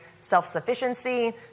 Self-sufficiency